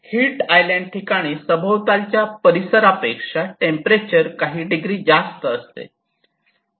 hit island ठिकाणी सभोवतालच्या परिसर पेक्षा टेंपरेचर काही डिग्री जास्त असते